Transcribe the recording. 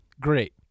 great